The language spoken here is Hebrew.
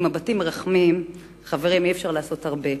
עם מבטים מרחמים, חברים, אי-אפשר לעשות הרבה.